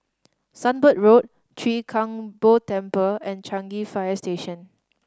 Sunbird Road Chwee Kang Beo Temple and Changi Fire Station